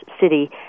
City